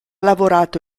lavorato